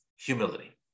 humility